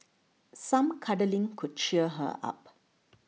some cuddling could cheer her up